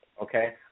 okay